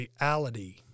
reality